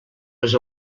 les